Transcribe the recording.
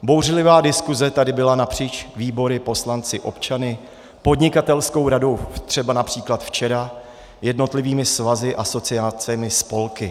Bouřlivá diskuse tady byla napříč výbory, poslanci, občany, podnikatelskou radou třeba např. včera, jednotlivými svazy, asociacemi, spolky.